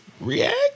react